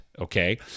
okay